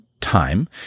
time